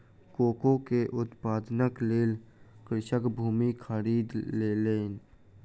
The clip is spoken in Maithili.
कोको के उत्पादनक लेल कृषक भूमि खरीद लेलैन